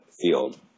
field